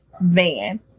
van